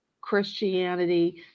Christianity